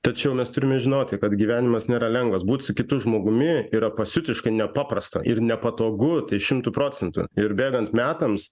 tačiau mes turime žinoti kad gyvenimas nėra lengvas būt su kitu žmogumi yra pasiutiškai nepaprasta ir nepatogu tai šimtu procentų ir bėgant metams